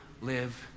live